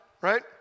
right